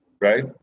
right